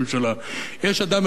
יש אדם אחד שובת רעב.